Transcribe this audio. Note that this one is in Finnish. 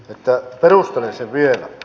perustelen sen vielä